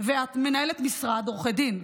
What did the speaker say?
ואת מנהלת משרד עורכי דין,